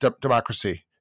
democracy